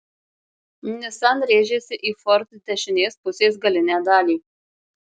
nissan rėžėsi į ford dešinės pusės galinę dalį